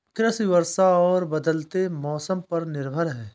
कृषि वर्षा और बदलते मौसम पर निर्भर है